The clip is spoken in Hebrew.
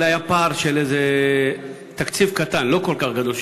היה דיון בוועדת העבודה,